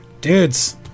dudes